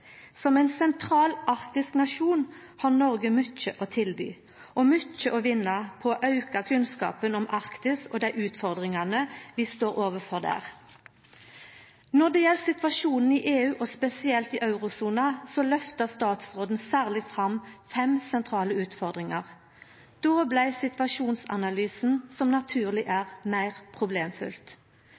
Som ein sentral arktisk nasjon har Noreg mykje å tilby og mykje å vinna på å auka kunnskapen om Arktis og dei utfordringane vi står overfor der. Når det gjeld situasjonen i EU, og spesielt i eurosona, løfta statsråden særleg fram fem sentrale utfordringar. Då blei situasjonsanalysen – som naturleg er – meir problemfylt.